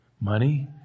Money